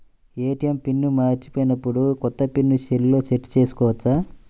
ATM PIN మరచిపోయినప్పుడు, కొత్త PIN సెల్లో సెట్ చేసుకోవచ్చా?